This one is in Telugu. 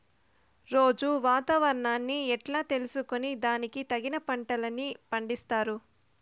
రోజూ వాతావరణాన్ని ఎట్లా తెలుసుకొని దానికి తగిన పంటలని పండిస్తారు?